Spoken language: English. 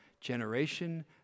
Generation